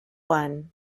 one